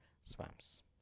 swamps